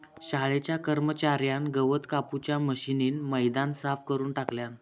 शाळेच्या कर्मच्यार्यान गवत कापूच्या मशीनीन मैदान साफ करून टाकल्यान